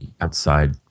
outside